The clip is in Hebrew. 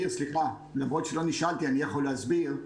למרות שלא נשאלתי אני יכול להסביר.